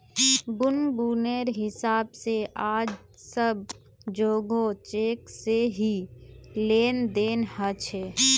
गुनगुनेर हिसाब से आज सब जोगोह चेक से ही लेन देन ह छे